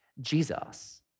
Jesus